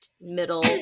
Middle